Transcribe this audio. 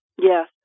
Yes